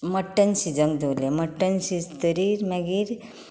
mutton शिजोवंक दवरलें mutton शिजतरी मागीर